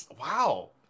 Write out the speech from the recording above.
Wow